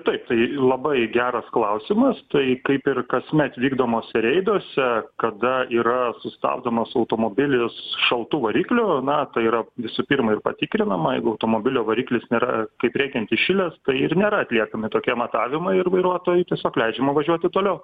taip tai labai geras klausimas tai kaip ir kasmet vykdomuose reiduose kada yra sustabdomas automobilis šaltu varikliu na tai yra visų pirma ir patikrinama jeigu automobilio variklis nėra kaip reikiant įšilęs tai ir nėra atliekami tokie matavimai ir vairuotojui tiesiog leidžiama važiuoti toliau